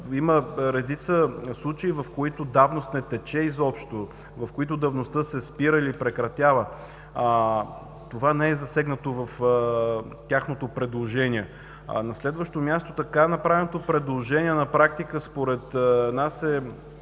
има редица случаи, в които давност не тече изобщо, в които давността се спира или прекратява. Това не е засегнато в тяхното предложение. На следващо място, така направеното предложение, на практика, според нас е